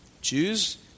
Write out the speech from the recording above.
Jews